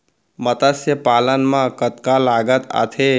मतस्य पालन मा कतका लागत आथे?